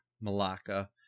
Malacca